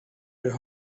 their